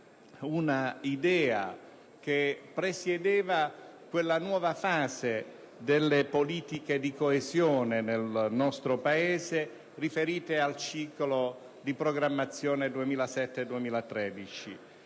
un'idea che presiedeva alla nuova fase delle politiche di coesione nel nostro Paese, riferite al ciclo di programmazione 2007-2013.